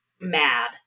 mad